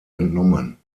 entnommen